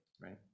right